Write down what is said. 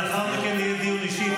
לאחר מכן יהיה דיון אישי.